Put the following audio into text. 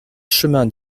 chemin